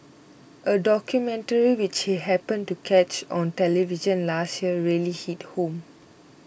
a documentary which he happened to catch on television last year really hit home